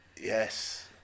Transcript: yes